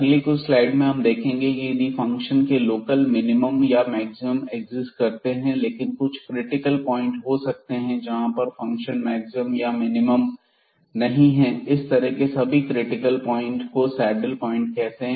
अगली कुछ स्लाइड में हम यह देखेंगे की यदि फंक्शन के लोकल मिनिमम या मैक्सिमम एक्सिस्ट करते हैं लेकिन कुछ क्रिटिकल प्वाइंट हो सकते हैं जहां पर फंक्शन मैक्सिमम या लोकल मिनिमम नहीं है और इस तरह के सभी क्रिटिकल प्वाइंट को सैडल प्वाइंट कहते हैं